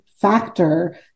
factor